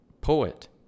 poet